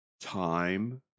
Time